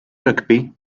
rygbi